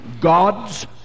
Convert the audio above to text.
gods